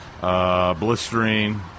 blistering